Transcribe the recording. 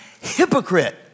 Hypocrite